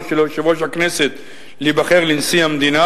של יושב-ראש הכנסת להיבחר לנשיא המדינה,